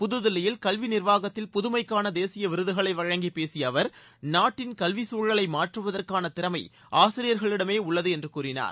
புதுதில்லியில் கல்வி நிர்வாகத்தில் புதுமைக்காள தேசிய விருதுகளை வழங்கி பேசிய அவர் நாட்டின் கல்வி சூழலை மாற்றுவதற்கான திறமைகள் ஆசிரியர்களிடமே உள்ளது என்று கூறினார்